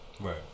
Right